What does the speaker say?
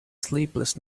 sleepless